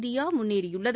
India முன்னேறியுள்ளது